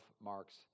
Mark's